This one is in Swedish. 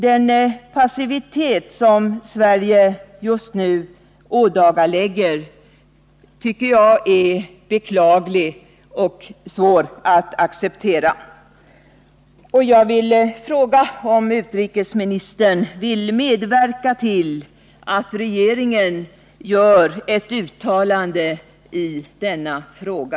Den passivitet som Sverige just nu ådagalägger tycker jag är beklaglig och svår att acceptera. Jag vill fråga om utrikesministern vill medverka till att regeringen gör ett uttalande i denna fråga.